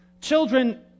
Children